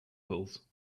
pools